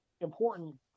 important